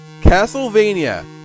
Castlevania